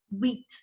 wheat